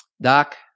Doc